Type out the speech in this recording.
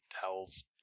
Towels